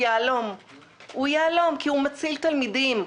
הוא יהלום כי הוא מציל תלמידים.